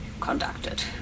conducted